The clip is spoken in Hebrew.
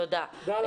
תודה.